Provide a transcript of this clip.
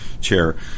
chair